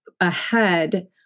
ahead